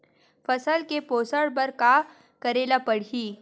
फसल के पोषण बर का करेला पढ़ही?